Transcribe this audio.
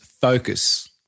focus